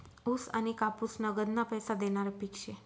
ऊस आनी कापूस नगदना पैसा देनारं पिक शे